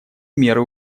меры